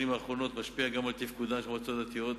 האחרונות משפיע גם על תפקודן של המועצות הדתיות.